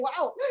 Wow